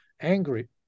angry